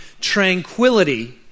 tranquility